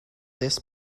this